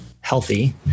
healthy